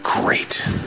Great